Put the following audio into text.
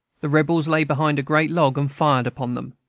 the rebels lay behind a great log, and fired upon them.